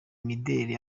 mideli